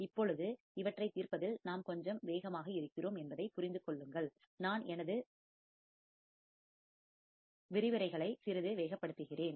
இப்பொழுது இவற்றைத் தீர்ப்பதில் நாம் கொஞ்சம் வேகமாக இருக்கிறோம் என்பதைப் புரிந்து கொள்ளுங்கள் நான் எனது விரிவுரைகளை சிறிது வேகப்படுத்துகிறேன்